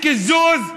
בואו לא ניתן להם קיזוז,